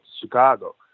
Chicago